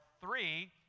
three